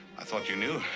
i thought you knew.